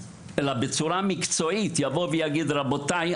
ולהגיד: "רבותיי,